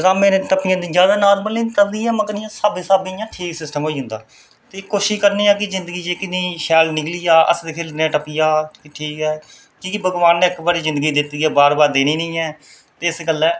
रामै नै टप्पी जंदी जैदा नार्मल निं टपदी ऐ मगर इ'यां स्हाबै स्हाबै ठीक सिस्टम होई जंदा ते कोशिश करनी ऐ की जिंदगी जेह्की शैल निकली जा हस्सने खेढने नै टप्पी जा ठीक ऐ की के भगोआन नै इक बारी जिंदगी दित्ती ऐ बार बार देनी निं ऐ इस गल्ला